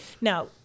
now